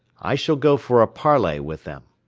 i shall go for a parley with them.